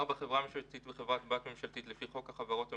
חברה ממשלתית וחברת בת ממשלתית לפי חוק החברות הממשלתיות,